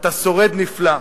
אתה שורד נפלא,